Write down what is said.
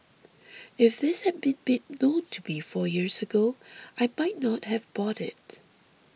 if this had been made known to me four years ago I might not have bought it